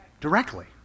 Directly